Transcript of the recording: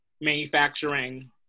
manufacturing